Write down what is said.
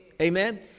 Amen